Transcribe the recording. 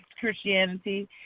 Christianity